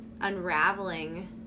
unraveling